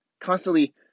Constantly